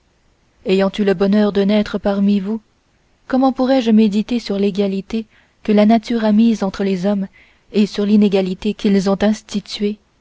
ayant eu le bonheur de naître parmi vous comment pourrais-je méditer sur l'égalité que la nature a mise entre les hommes et sur l'inégalité qu'ils ont instituée